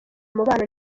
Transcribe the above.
umubano